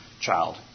child